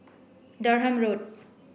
Durham Road